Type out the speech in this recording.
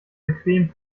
bequem